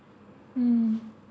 mm